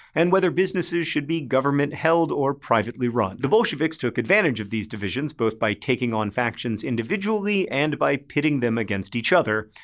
and whether businesses should be government-held or privately run. the bolsheviks took advantage of these divisions both by taking on factions individually and by pitting them against each other.